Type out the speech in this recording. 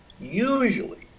usually